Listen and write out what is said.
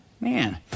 Man